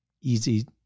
easy